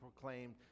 proclaimed